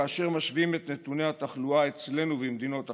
כאשר משווים את נתוני התחלואה אצלנו ובמדינות אחרות,